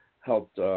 helped